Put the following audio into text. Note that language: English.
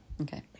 Okay